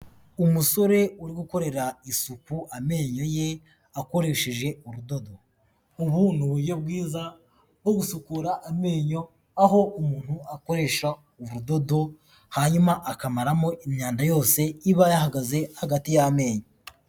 Umusore uri gukorera isupu amenyo ye akoresheje urudodo. Ubu ni uburyo bwiza bwo gusukura amenyo aho umuntu akoresha urudodo hanyuma akamaramo imyanda yose iba yahagaze hagati y'amenyo.